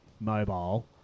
mobile